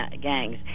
gangs